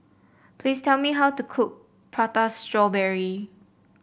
please tell me how to cook Prata Strawberry